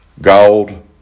gold